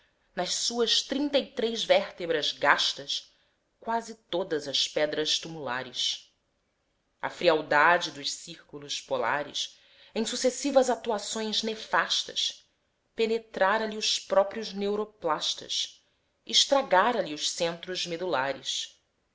nas suas trinta e três vértebras gastas quase todas as pedras tumulares a frialdade dos círculos polares em sucessivas atuações nefastas penetrara lhe os próprios neuroplastas estragara lhe os centros medulares